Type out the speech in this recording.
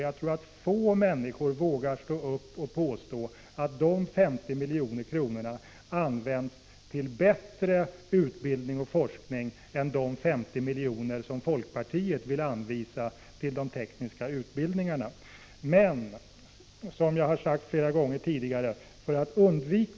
Jag tror att få människor vågar stå upp och hävda att dessa 50 milj.kr. används till att förbättra utbildning och forskning på ett effektivare sätt än vad som skulle bli fallet med de 50 milj.kr. som folkpartiet vill anvisa till de tekniska utbildningarna.